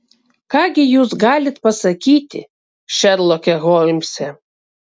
ką gi jūs galit pasakyti šerloke holmse